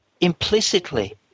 implicitly